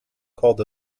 called